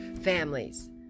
families